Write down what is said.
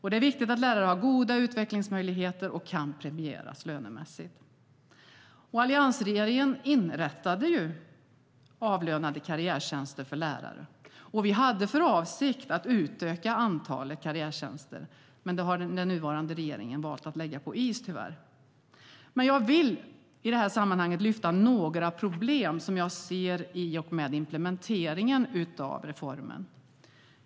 Det är viktigt att lärare har goda utvecklingsmöjligheter och kan premieras lönemässigt. Alliansregeringen inrättade avlönade karriärtjänster för lärare, och vi hade för avsikt att utöka antalet karriärtjänster. Men detta har tyvärr den nuvarande regeringen valt att lägga på is. Jag vill i sammanhanget lyfta fram några problem jag ser i och med implementeringen av reformen.